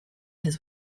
his